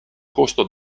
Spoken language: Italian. costo